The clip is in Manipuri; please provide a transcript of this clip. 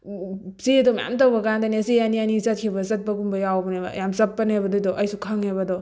ꯆꯦꯗꯣ ꯃꯌꯥꯝ ꯇꯧꯕ ꯀꯥꯟꯗꯅꯦ ꯆꯦ ꯑꯅꯤ ꯑꯅꯤ ꯆꯠꯈꯤꯕ ꯆꯠꯄꯒꯨꯝꯕ ꯌꯥꯎꯕꯅꯦꯕ ꯌꯥꯝ ꯆꯞꯄꯅꯦꯕ ꯑꯗꯨꯗꯣ ꯑꯩꯁꯨ ꯈꯪꯉꯦꯕ ꯑꯗꯣ